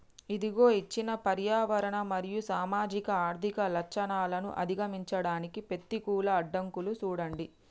ఇదిగో ఇచ్చిన పర్యావరణ మరియు సామాజిక ఆర్థిక లచ్చణాలను అధిగమించడానికి పెతికూల అడ్డంకులుగా సూడండి